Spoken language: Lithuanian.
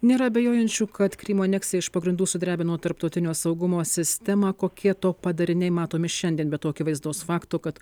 nėra abejojančių kad krymo aneksija iš pagrindų sudrebino tarptautinio saugumo sistemą kokie to padariniai matomi šiandien be to akivaizdaus fakto kad